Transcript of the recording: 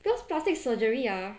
because plastic surgery ah